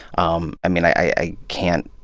um i mean, i can't,